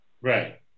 Right